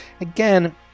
Again